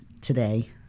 today